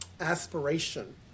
aspiration